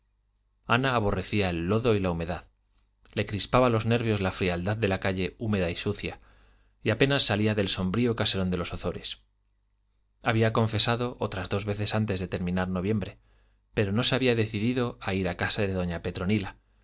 ana aborrecía el lodo y la humedad le crispaba los nervios la frialdad de la calle húmeda y sucia y apenas salía del sombrío caserón de los ozores había confesado otras dos veces antes de terminar noviembre pero no se había decidido a ir a casa de doña petronila